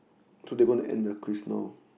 so they gonna end the quiz now